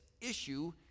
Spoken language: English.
issue